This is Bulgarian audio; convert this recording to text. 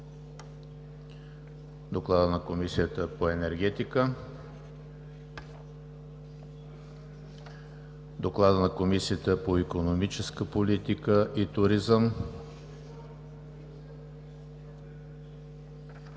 Доклада на Комисията по енергетика? Продължаваме с Доклада на Комисията по икономическа политика и туризъм.